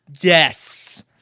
Yes